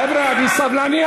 חבר'ה, אני סבלני.